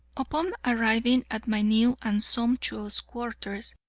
upon arriving at my new and sumptuous quarters,